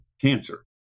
cancer